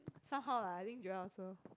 somehow lah I think Joel also